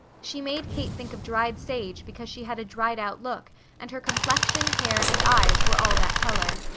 she made kate think of dried sage because she had a dried-out look and her complexion, hair, and eyes were all that colour.